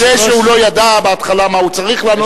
זה שהוא לא ידע בהתחלה מה הוא צריך לענות,